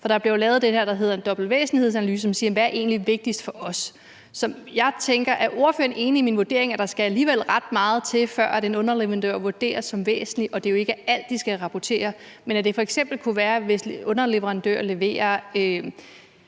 det, der hedder en dobbelt væsentlighedsanalyse, som siger, hvad der egentlig er vigtigst for en. Så jeg tænker, om ordføreren er enig i min vurdering af, at der alligevel skal ret meget til, før en underleverandør vurderes som væsentlig, og at det jo ikke er alt, de skal rapportere, men at det f.eks. kunne være, hvis en underleverandør leverer